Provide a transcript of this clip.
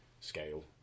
scale